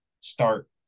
start